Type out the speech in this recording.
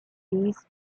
these